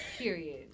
Period